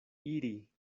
iri